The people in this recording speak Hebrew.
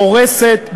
הורסת,